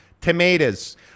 tomatoes